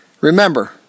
Remember